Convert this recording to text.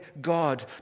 God